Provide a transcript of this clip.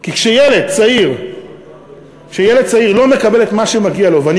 כי כשילד צעיר לא מקבל את מה שמגיע לו ואני